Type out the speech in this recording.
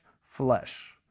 flesh